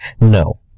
no